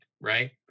right